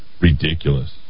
ridiculous